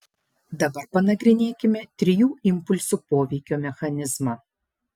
dabar panagrinėkime trijų impulsų poveikio mechanizmą